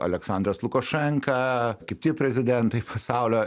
aleksandras lukašenka kiti prezidentai pasaulio